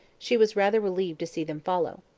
she was rather relieved to see them follow.